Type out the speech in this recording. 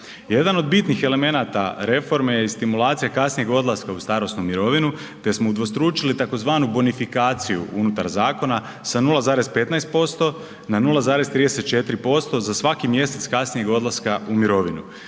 Jedan od bitnih elemenata reforme je stimulacija kasnijeg odlaska u starosnu mirovinu te smo udvostručili tzv. bonifikaciju unutar zakona sa 0,15% na 0,34% za svaki mjesec kasnijeg odlaska u mirovinu.